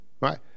Right